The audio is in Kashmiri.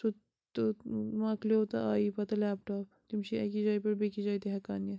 سُہ تہٕ مۄکلیٛو تہٕ آیی پَتہٕ لیٚپ ٹاپ تِم چھِی أکِس جایہِ پٮ۪ٹھ بیٚیِس جایہِ تہِ ہیٚکان نِتھ